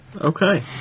Okay